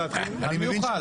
על מי הוא חל?